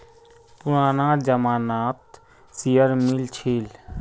पुराना जमाना त शेयर मिल छील